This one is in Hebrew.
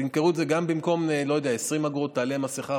במקום 20 אגורות שתעלה מסכה,